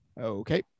Okay